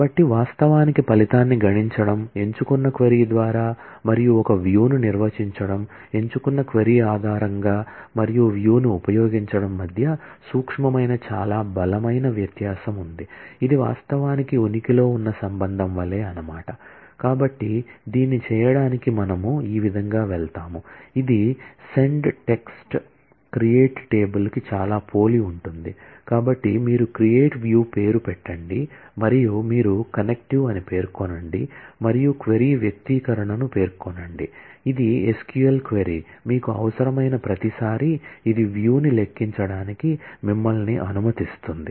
కాబట్టి వాస్తవానికి ఫలితాన్ని గణించడం ఎంచుకున్న క్వరీ ద్వారా మరియు ఒక వ్యూ ను లెక్కించడానికి మిమ్మల్ని అనుమతిస్తుంది